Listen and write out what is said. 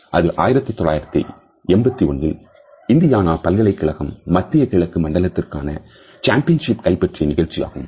அது 1981ல் இந்தியானா பல்கலைக்கழகம் மத்திய கிழக்கு மண்டலத்திற்கான சாம்பியன்ஷிப்பை கைப்பற்றிய நிகழ்ச்சியாகும்